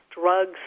drugs